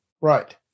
right